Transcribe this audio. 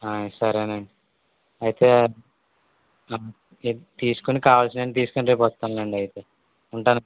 ఆయ్ సరే అండి అయితే రేపు తీసుకొని కావాల్సినవి అన్నీ తీసుకుని రేపు వస్తాను లేండి అయితే ఉంటాను అండి